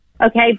okay